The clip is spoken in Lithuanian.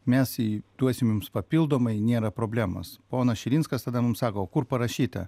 mes į duosim jums papildomai nėra problemos ponas širinskas tada mums sako o kur parašyta